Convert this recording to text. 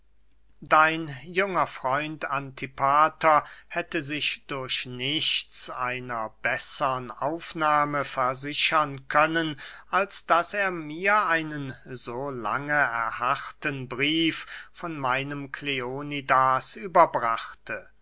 dein junger freund antipater hätte sich durch nichts einer bessern aufnahme versichern können als daß er mir einen so lange erharrten brief von meinem kleonidas überbrachte